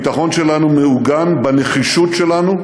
הביטחון שלנו מעוגן בנחישות שלנו,